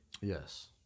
Yes